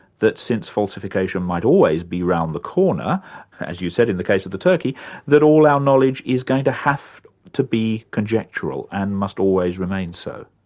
that since falsification might always be around the corner as you said in the case of the turkey that all our knowledge is going to have to be conjectural and must always remain so.